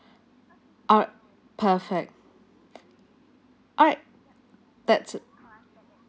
alr~ perfect alright that's it